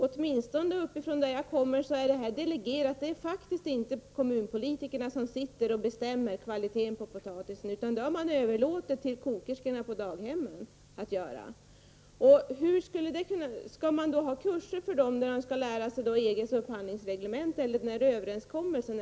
Åtminstone på den ort som jag kommer ifrån är det här delegerat. Det är faktiskt inte kommunpolitiker som sitter och bestämmer kvaliteten på potatisen, utan det har man överlåtit till kokerskorna på daghemmen att göra. Skall det anordnas kurser för dem, där de skall lära sig EGs upphandlingsreglemente eller den här överenskommelsen?